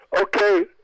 okay